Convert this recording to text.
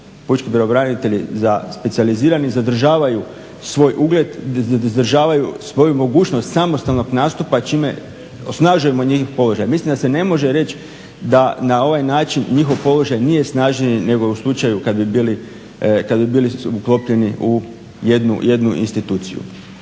pučki pravobranitelji specijalizirani zadržavaju svoj ugled, zadržavaju svoju mogućnost samostalnog nastupa čime osnažujemo njihov položaj. Mislim da se ne može reći da na ovaj način njihov položaj nije snažniji nego u slučaju kad bi bili uklopljeni u jednu instituciju.